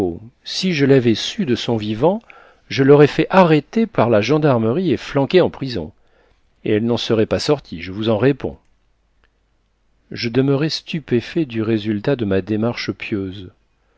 si je l'avais su de son vivant je l'aurais fait arrêter par la gendarmerie et flanquer en prison et elle n'en serait pas sortie je vous en réponds je demeurais stupéfait du résultat de ma démarche pieuse